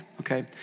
Okay